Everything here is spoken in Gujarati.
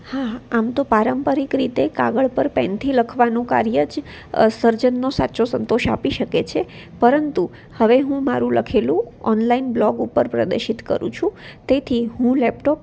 હા આમ તો પારંપરિક રીતે કાગળ પર પેનથી લખવાનું કાર્ય જ સર્જનનો સાચો સંતોષ આપી શકે છે પરંતુ હવે હું મારું લખેલું ઓનલાઈન બ્લોગ ઉપર પ્રદર્શિત કરું છું તેથી હું લેપટોપ